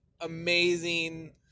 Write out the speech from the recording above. amazing